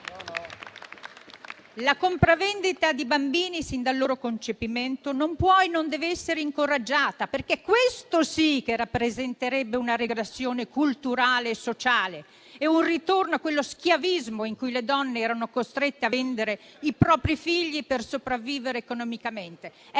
La compravendita di bambini sin dal loro concepimento non può e non deve essere incoraggiata, perché questo sì che rappresenterebbe una regressione culturale e sociale e un ritorno a quello schiavismo in cui le donne erano costrette a vendere i propri figli per sopravvivere economicamente.